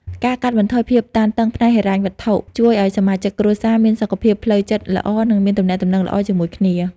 ការកាត់បន្ថយភាពតានតឹងផ្នែកហិរញ្ញវត្ថុជួយឱ្យសមាជិកគ្រួសារមានសុខភាពផ្លូវចិត្តល្អ និងមានទំនាក់ទំនងល្អជាមួយគ្នា។